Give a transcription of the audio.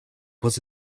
was